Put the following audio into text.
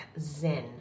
zen